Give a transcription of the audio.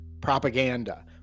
propaganda